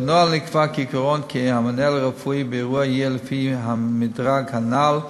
בנוהל נקבע כעיקרון כי המנהל הרפואי באירוע יהיה לפי המדרג הזה: